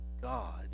God